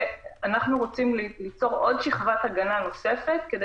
אנחנו רוצים ליצור שכבת הגנה נוספת כדי